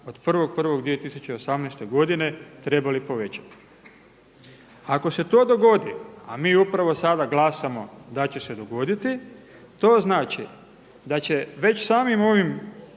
od 1.1.2018. godine trebali povećati. Ako se to dogodi, a mi upravo sada glasamo da će se dogoditi to znači da će već samim ovim